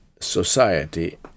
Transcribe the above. society